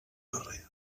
carrer